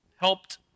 helped